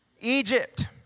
Egypt